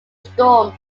storm